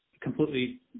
completely